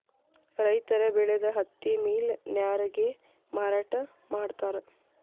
ರೈತರ ಬೆಳದ ಹತ್ತಿ ಮಿಲ್ ನ್ಯಾರಗೆ ಮಾರಾಟಾ ಮಾಡ್ತಾರ